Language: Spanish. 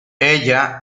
ella